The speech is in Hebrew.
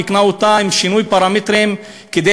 היא תיקנה אותה עם שינוי פרמטרים כדי